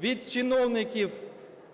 Від чиновників,